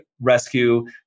rescue